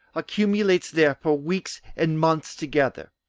accumulates there for weeks and months together,